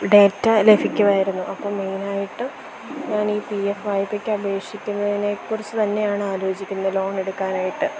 data ലഭിക്കുമായിരുന്നു അപ്പം മെയ്നായിട്ട് ഞാനീ പി എഫ് വായ്പ്പയ്ക്ക് അപേക്ഷിക്കുന്നതിനെക്കുറിച്ച് തന്നെയാണ് ആലോച്ചിക്കുന്നത് ലോണെടുക്കാനായിട്ട്